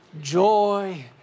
joy